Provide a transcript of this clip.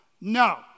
No